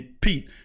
Pete